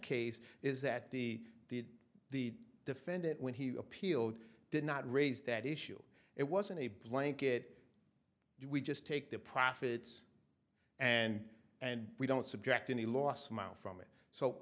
case is that the did the defendant when he appealed did not raise that issue it wasn't a blanket do we just take the profits and and we don't subject in the last mile from it